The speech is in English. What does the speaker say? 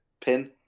pin